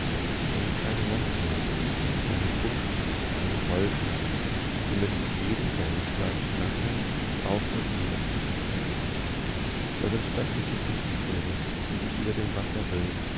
da sind kleine landzungen und kleine buchten mit kleinen rollsteinen die mit jedem wellenschlag rasselnd auf und nieder gespült werden da sind stattliche klippentore die sich über dem wasser